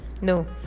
no